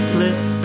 list